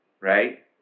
Right